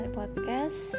podcast